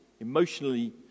emotionally